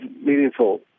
meaningful